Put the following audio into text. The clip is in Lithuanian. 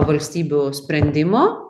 valstybių sprendimo